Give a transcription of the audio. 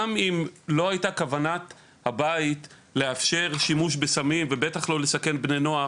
גם אם לא הייתה כוונה בבית לאפשר שימוש בסמים ובטח לא לסכן בני נוער,